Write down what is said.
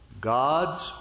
God's